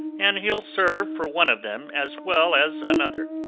and he'll serve for one of them as well as another.